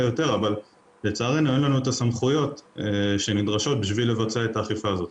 יותר אבל לצערנו אין לנו את הסמכויות הנדרשות לביצוע האכיפה הזאת.